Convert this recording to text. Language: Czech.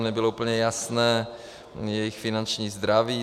Nebylo úplně jasné jejich finanční zdraví.